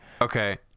Okay